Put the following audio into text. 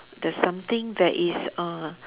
there's something that is uh